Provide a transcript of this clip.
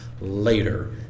later